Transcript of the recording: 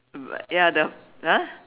ya the !huh!